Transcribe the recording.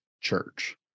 church